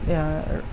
ইয়াৰ